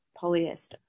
polyester